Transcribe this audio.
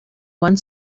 one